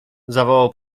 zawołał